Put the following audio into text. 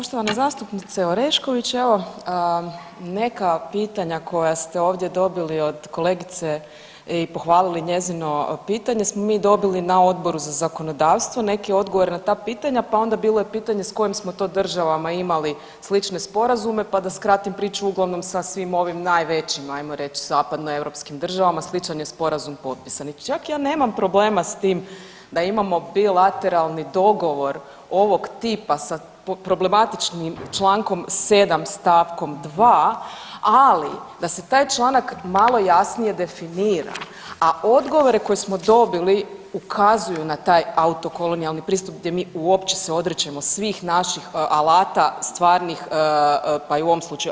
Poštovana zastupnice Orešković, evo, neka pitanja koja ste ovdje dobili od kolegice i pohvalili njezino pitanje smo mi dobili na Odboru za zakonodavstvo, neke odgovore na ta pitanja, pa onda bilo je pitanje s kojim smo to državama imali slične sporazume pa da skratim priču, uglavnom sa svim ovim najvećim, ajmo reći, zapadnoeuropskim državama, sličan je sporazum potpisan i čak ja nemam problema s tim da imamo bilateralni dogovor ovog tipa sa problematičnim čl. 7 st. 2, ali da se taj članak malo jasnije definira, a odgovore koji smo dobili ukazuju na taj autokolonijalni pristup gdje mi uopće se odričemo svih naših alata stvarnih, pa i u ovom slučaju.